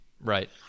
Right